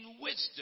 wisdom